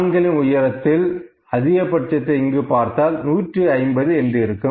ஆண்களின் உயரத்தில் அதிகபட்சத்தை இங்கு பார்த்தால் 150 என்று இருக்கும்